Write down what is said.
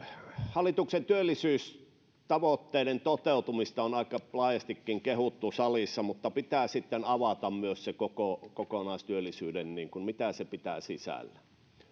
hallituksen työllisyystavoitteiden toteutumista on aika laajastikin kehuttu salissa mutta pitää sitten avata myös se kokonaistyöllisyys mitä se pitää sisällään